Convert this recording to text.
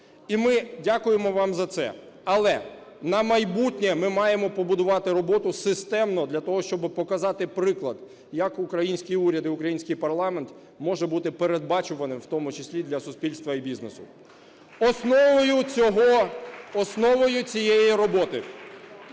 і ми дякуємо вам за це. Але на майбутнє ми маємо побудувати роботу системно для того, щоби показати приклад, як український уряд і український парламент може бути передбачуваним, у тому числі для суспільства і бізнесу. Основою цього…